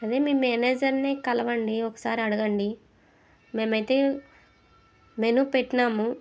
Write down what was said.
అదే మీ మేనేజర్ని కలవండి ఒకసారి అడగండి మేమైతే మెను పెట్టాము